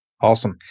Awesome